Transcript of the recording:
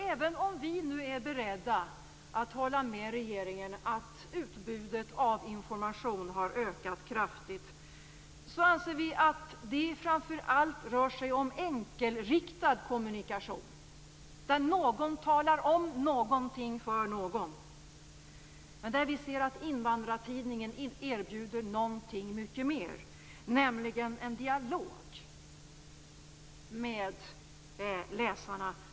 Även om vi nu är beredda att hålla med regeringen att utbudet av information har ökat kraftigt anser vi att det framför allt rör sig om enkelriktad kommunikation där någon talar om någonting för någon. Vi ser att Invandrartidningen erbjuder någonting mycket mer, nämligen en dialog med läsarna.